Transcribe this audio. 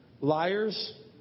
Liars